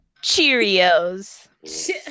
Cheerios